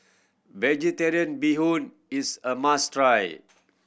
Vegetarian Bee Hoon is a must try